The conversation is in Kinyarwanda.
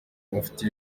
bafite